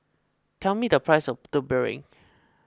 tell me the price of Putu Piring